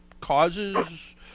causes